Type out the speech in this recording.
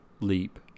leap